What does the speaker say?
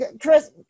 Chris